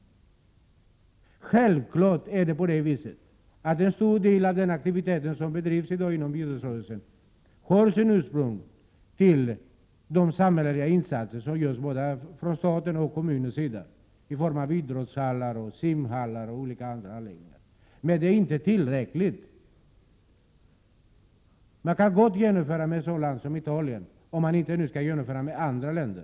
Självfallet har en stor del av den aktivitet som i dag bedrivs inom idrottsrörelsen som en förutsättning de samhälleliga insatser som görs, från både statens och kommunernas sida, i form av idrottshallar, simhallar och andra anläggningar, men det är inte tillräckligt. Man kan gott jämföra med ett sådant land som Italien, om man inte vill jämföra med andra länder.